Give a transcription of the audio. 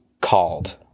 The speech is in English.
called